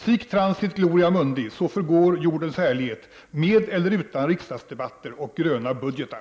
Sic transit gloria mundi — så förgår jordens härlighet — med eller utan riksdagsdebatter och ”gröna” budgetar.